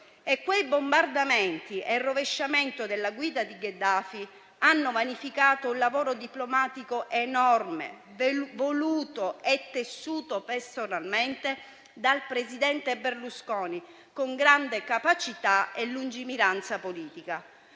Quei bombardamenti e il rovesciamento della guida di Gheddafi hanno vanificato un lavoro diplomatico enorme, voluto e tessuto personalmente dal presidente Berlusconi con grande capacità e lungimiranza politica.